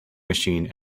machine